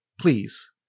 Please